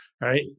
right